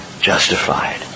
justified